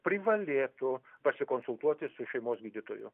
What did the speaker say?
privalėtų pasikonsultuoti su šeimos gydytoju